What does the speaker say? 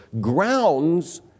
grounds